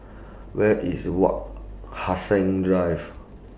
Where IS Wak Hassan Drive